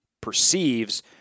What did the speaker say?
perceives